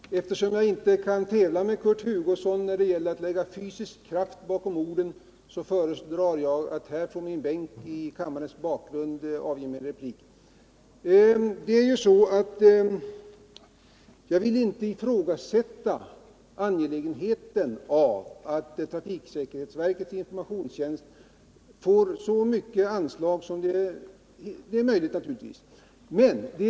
Herr talman! Eftersom jag inte kan tävla med Kurt Hugosson när det gäller att lägga fysisk kraft bakom orden, föredrar jag att här från min bänk i kammarens bakgrund framföra min replik. Jag vill naturligtvis inte ifrågasätta angelägenheten av att trafiksäkerhetsverket får så stora anslag som möjligt för sin informationstjänst.